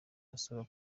asaba